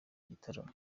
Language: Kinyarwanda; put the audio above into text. gitaramo